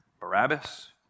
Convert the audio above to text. Barabbas